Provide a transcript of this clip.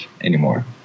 anymore